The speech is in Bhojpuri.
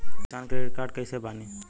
किसान क्रेडिट कार्ड कइसे बानी?